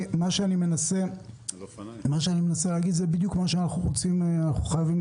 אני מנסה להגיד שזה בדיוק מה שאנחנו מנסים לפתור.